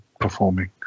performing